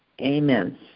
Amen